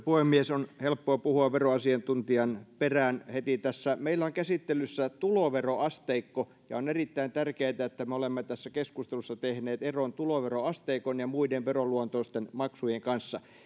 puhemies on helppoa puhua heti veroasiantuntijan perään tässä meillä on käsittelyssä tuloveroasteikko ja on erittäin tärkeätä että me olemme tässä keskustelussa tehneet eron tuloveroasteikon ja muiden veroluontoisten maksujen välillä